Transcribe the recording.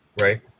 Right